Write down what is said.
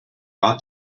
ought